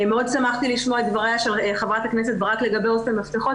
מאוד שמחתי לשמוע את דברי של ח"כ ברק לגבי הוסטל מפתחות